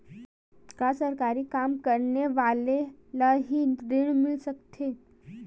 का सरकारी काम करने वाले ल हि ऋण मिल सकथे?